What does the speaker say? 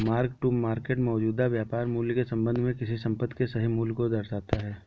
mark to market मौजूदा बाजार मूल्य के संबंध में किसी संपत्ति के सही मूल्य को दर्शाता है